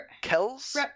Kells